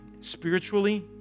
spiritually